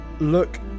look